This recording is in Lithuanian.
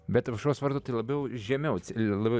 bet aušros vartų tai labiau žemiau labai